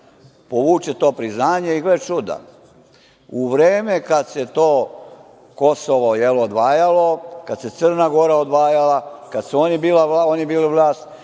povuče to priznanje i, gle čuda, u vreme kada se to Kosovo, jel, odvajalo, kada se Crna Gora odvajala, kada su oni bili vlast